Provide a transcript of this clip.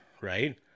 right